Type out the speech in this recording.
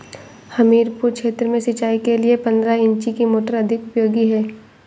हमीरपुर क्षेत्र में सिंचाई के लिए पंद्रह इंची की मोटर अधिक उपयोगी है?